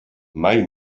mai